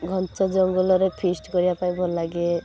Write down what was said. ଘଞ୍ଚ ଜଙ୍ଗଲରେ ଫିଷ୍ଟ୍ କରିବା ପାଇଁ ଭଲ ଲାଗେ